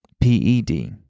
P-E-D